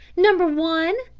number one?